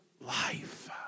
life